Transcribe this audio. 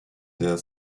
der